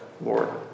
Lord